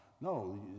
No